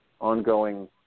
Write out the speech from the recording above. ongoing